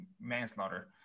manslaughter